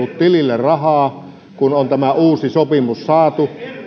tilille rahaa kun on tämä uusi sopimus saatu